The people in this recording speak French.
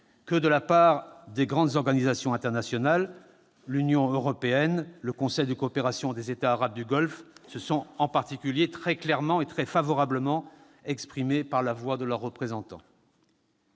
que de la part des grandes organisations internationales. L'Union européenne, le Conseil de coopération des États arabes du Golfe se sont en particulier très clairement et très favorablement exprimés par la voix de leurs représentants.